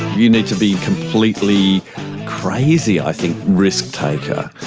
you need to be completely crazy, i think, risk taker.